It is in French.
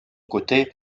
côté